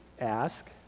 ask